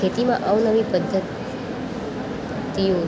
ખેતીમાં અવનવી પધ્ધ તિઓ